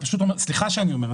סליחה שאני אומר,